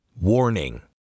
Warning